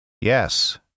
Yes